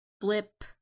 blip